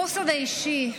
חוסן אישי,